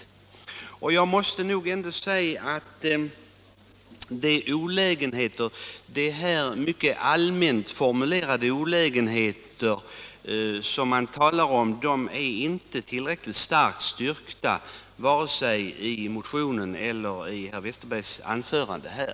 Jag finner däremot de olägenheter, som man talar om i mycket allmänna formuleringar, inte vara tillräckligt styrkta vare sig i motionen eller genom herr Westerbergs anförande.